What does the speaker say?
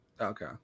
Okay